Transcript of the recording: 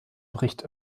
bricht